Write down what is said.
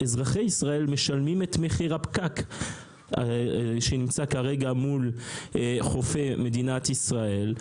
אזרחי ישראל משלמים את מחיר הפקק שנמצא כרגע מול חופי מדינת ישראל.